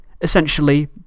Essentially